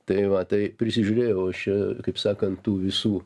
tai va tai prisižiūrėjau aš čia kaip sakant tų visų